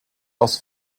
aus